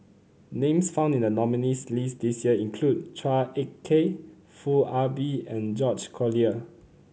names found in the nominees' list this year include Chua Ek Kay Foo Ah Bee and George Collyer